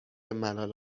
ملال